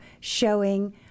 showing